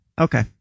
Okay